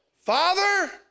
Father